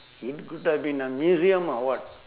it could have been a museum or what